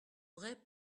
vrai